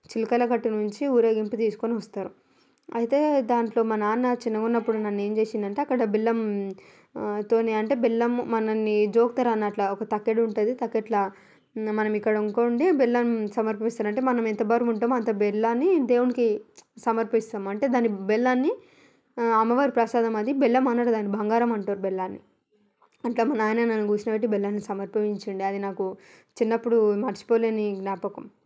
చిలకల గట్టు నుంచి ఊరేగింపు తీసుకొని వస్తారు అయితే దాంట్లో మా నాన్న చిన్నగా ఉన్నపుడు నన్ను ఏం చేసాడంటే అక్కడ బెల్లంతో అంటే బెల్లం మనలని జోకుతారు అన్నట్టు ఒక తక్కెడ ఉంటుంది ఆ తక్కెడలో మనం ఇక్కడ ఉంటుంది బెల్లం సమర్పిస్తారు అంటే మనం ఎంత బరువు ఉంటామో అంత బెల్లాన్ని దేవునికి సమర్పిస్తాము అంటే దాన్ని బెల్లాన్ని అమ్మవారి ప్రసాదం అది బెల్లం అనరు దాన్ని బంగారం అంటారు బెల్లాన్ని అలా మా నాయన నన్ను కూర్చోబెట్టి బెల్లం సమర్పించేది అది నాకు చిన్నప్పుడు మరచిపోలేని జ్ఞాపకం